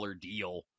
deal